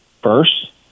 first